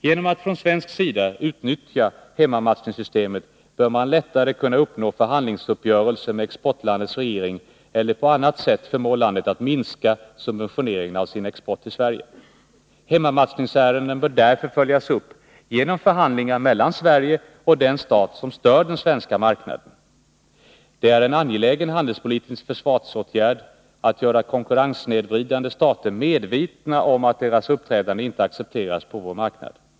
Genom att från svensk sida utnyttja hemmamatchningssystemet bör man lättare kunna uppnå förhandlingsuppgörelser med exportlandets regering eller på annat sätt förmå landet att minska subventioneringen av sin export till Sverige. Hemmamatchningsärendena bör därför följas upp genom förhandlingar mellan Sverige och den stat som stör den svenska marknaden. Det är en angelägen handelspolitisk försvarsåtgärd att göra konkurrenssnedvridande stater medvetna om att deras uppträdande inte accepteras på vår marknad.